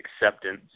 acceptance